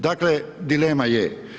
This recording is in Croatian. Dakle, dilema je.